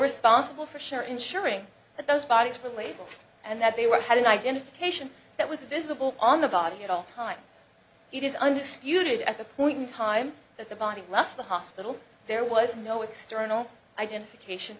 responsible for sure ensuring that those bodies for label and that they were had an identification that was visible on the body at all times it is undisputed at the point in time that the body left the hospital there was no external identification